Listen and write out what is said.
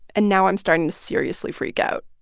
and now i'm starting to seriously freak out